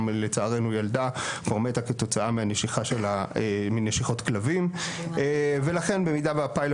גם לצערנו ילדה כבר מתה כתוצאה מנשיכות כלבים ולכן במידה והפיילוט